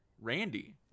randy